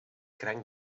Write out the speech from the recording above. cranc